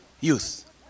youth